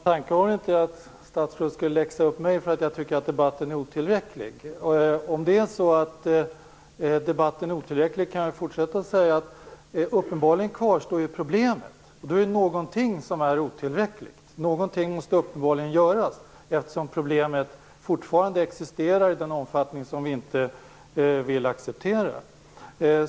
Herr talman! Tanken var väl inte att statsrådet skulle läxa upp mig för att jag tycker att debatten är otillräcklig. Om det är så att debatten är otillräcklig kan jag fortsätta med att säga att problemet uppenbarligen kvarstår. Då är det någonting som är otillräckligt. Någonting måste uppenbarligen göras, eftersom problemet fortfarande existerar i en omfattning som vi inte vill acceptera.